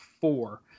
four